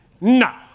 No